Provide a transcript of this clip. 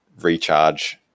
recharge